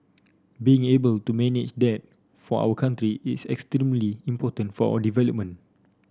being able to manage there for our country is extremely important for our development